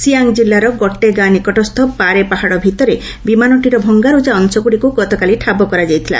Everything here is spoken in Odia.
ସିଆଙ୍ଗ ଜିଲ୍ଲାର ଗଟ୍ଟେ ଗାଁ ନିକଟସ୍ଥ ପାରେ ପାହାଡ଼ ଭିତରେ ବିମାନଟିର ଭଙ୍ଗାରୁଜା ଅଂଶଗୁଡ଼ିକୁ ଗତକାଲି ଠାବ କରାଯାଇଥିଲା